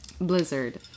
Blizzard